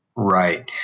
Right